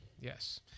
Yes